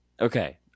Okay